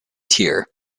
tyre